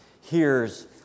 hears